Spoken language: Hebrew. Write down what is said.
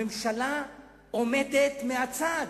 הממשלה עומדת מהצד,